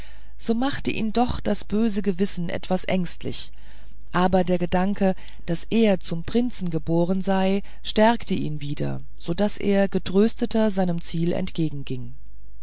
so machte ihn doch das böse gewissen etwas ängstlich aber der gedanke daß er zum prinzen geboren sei stärkte ihn wieder so daß er getrösteter seinem ziele